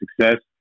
success